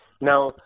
Now